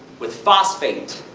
with phosphate.